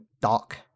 dark